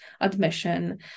admission